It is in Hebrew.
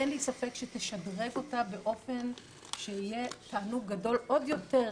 אין לי ספק שתשדרג אותה באופן שיהיה תענוג גדול עוד יותר,